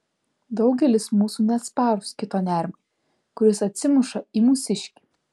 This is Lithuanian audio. daugelis mūsų neatsparūs kito nerimui kuris atsimuša į mūsiškį